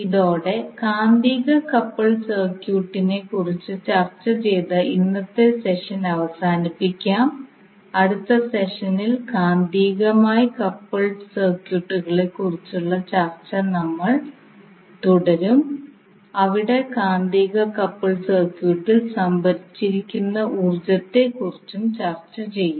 ഇതോടെ കാന്തിക കപ്പിൾഡ് സർക്യൂട്ടിനെക്കുറിച്ച് ചർച്ച ചെയ്ത ഇന്നത്തെ സെഷൻ അവസാനിപ്പിക്കാം അടുത്ത സെഷനിൽ കാന്തികമായി കപ്പിൾഡ് സർക്യൂട്ടുകളെക്കുറിച്ചുള്ള ചർച്ച നമ്മൾ തുടരും അവിടെ കാന്തിക കപ്പിൾഡ് സർക്യൂട്ടിൽ സംഭരിച്ചിരിക്കുന്ന ഊർജ്ജത്തെക്കുറിച്ചും ചർച്ച ചെയ്യും